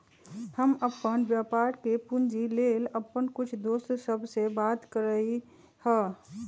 हम अप्पन व्यापार के पूंजी लेल अप्पन कुछ दोस सभ से बात कलियइ ह